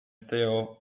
theo